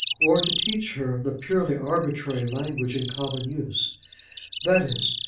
or to teach her the purely arbitrary language in common use that is,